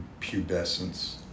pubescence